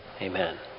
Amen